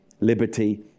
liberty